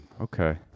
okay